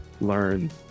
learn